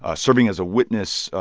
ah serving as a witness,